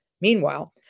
meanwhile